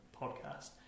podcast